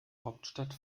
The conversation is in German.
hauptstadt